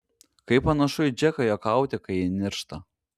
kaip panašu į džeką juokauti kai ji niršta